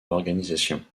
l’organisation